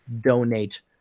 donate